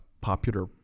popular